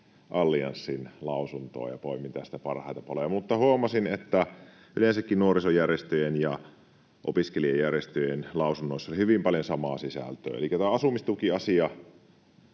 Allianssin lausuntoa ja poimin tästä parhaita paloja. Huomasin, että yleensäkin nuorisojärjestöjen ja opiskelijajärjestöjen lausunnoissa oli hyvin paljon samaa sisältöä. Elikkä tämä asumistukiasia